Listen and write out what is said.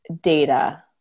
data